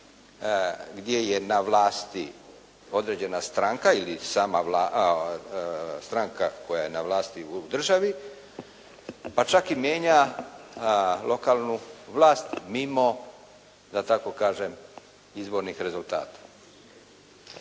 gdje je na vlasti određena stranka ili sama stranka koja je na vlasti u državi pa čak i mijenja lokalnu vlast mimo, da tako kažem, izbornih rezultata.